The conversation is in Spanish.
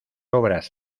obras